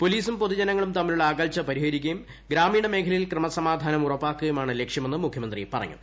പോലീസും പൊതുജനങ്ങളും തമ്മിലുള്ള അകൽച്ച പരിഹരിക്കുകയും ഗ്രാമീണ മേഖലയിൽ ക്രമസമാധാനം ഉറപ്പാക്കുകയുമാണ് ലക്ഷ്യമെന്ന് മുഖ്യമന്ത്രി പറഞ്ഞു